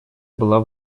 была